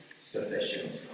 sufficient